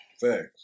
Facts